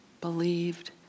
believed